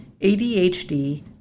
ADHD